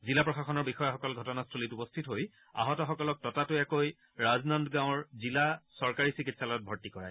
জিলা প্ৰশাসনৰ বিষয়াসকল ঘটনাস্থলীত উপস্থিত হৈ আহত সকলক ততাতৈয়াকৈ ৰাজনন্দ গাঁৱৰ জিলা চৰকাৰী চিকিৎসালয়ত ভৰ্তি কৰায়